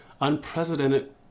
unprecedented